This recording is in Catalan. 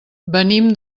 venim